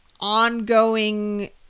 ongoing